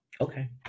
Okay